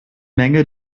menge